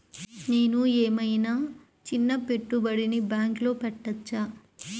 నేను ఏమయినా చిన్న పెట్టుబడిని బ్యాంక్లో పెట్టచ్చా?